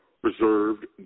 preserved